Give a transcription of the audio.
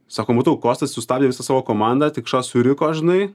sako matau kostas sustabdė visą savo komandą tik ša suriko žinai